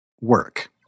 work